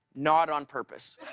not on purpose.